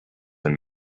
and